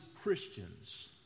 Christians